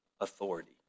authority